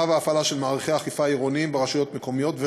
והפעלה של מערכי אכיפה עירוניים ברשויות מקומיות,